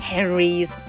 Henry's